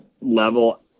level